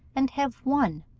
and have won.